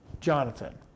Jonathan